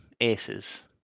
aces